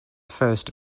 first